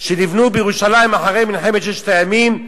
שנבנו בירושלים אחרי מלחמת ששת הימים,